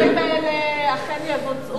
אדוני כבוד השר, מתי כל הדברים האלה אכן יבוצעו?